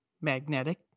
magnetic